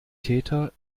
täter